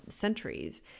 centuries